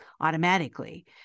automatically